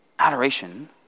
Adoration